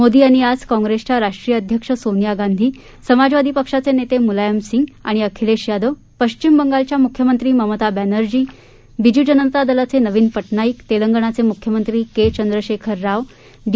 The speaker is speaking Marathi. मोदी यांनी आज काँग्रेसच्या राष्ट्रीय अध्यक्ष सोनिया गांधी समाजवादी पक्षाचे नेते मुलायम सिंग आणि अखिलेश यादव पश्चिम बंगालच्या मुख्यमंत्री मता बॅनर्जी बीजु जनता दलाचे अध्यक्ष नवीन पटनाईक तेलंगणाचे मुख्यमंत्री के चंद्रशेखर राव डी